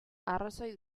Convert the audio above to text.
arrazoi